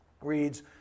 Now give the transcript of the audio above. reads